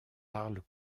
parle